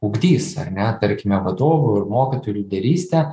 ugdys ar ne tarkime vadovų ir mokytojų lyderystę